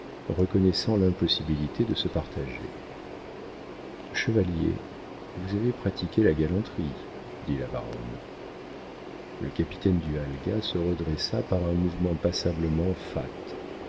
reconnaissant l'impossibilité de se partager chevalier vous avez pratiqué la galanterie dit la baronne le capitaine du halga se redressa par un mouvement passablement fat